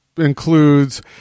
includes